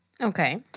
Okay